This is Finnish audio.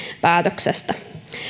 päätöksestä